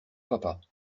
papas